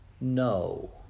no